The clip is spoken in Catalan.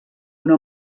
una